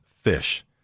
fish